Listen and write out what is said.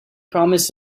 promised